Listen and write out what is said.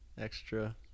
extra